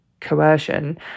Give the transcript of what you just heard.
Coercion